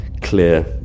clear